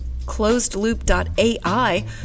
ClosedLoop.ai